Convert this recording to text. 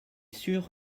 sûr